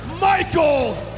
Michael